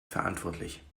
verantwortlich